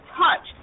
touch